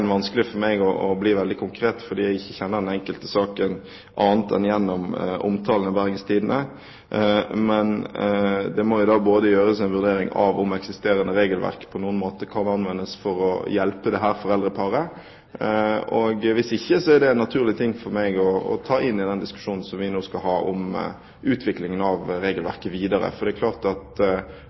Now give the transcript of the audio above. ikke kjenner den enkelte saken annet enn gjennom omtalen i Bergens Tidende. Men det må gjøres en vurdering av om eksisterende regelverk på noen måte kan anvendes for å hjelpe dette foreldreparet. Hvis ikke, er det en naturlig ting for meg å ta inn i den diskusjonen som vi nå skal ha om utviklingen av regelverket videre, for det er klart at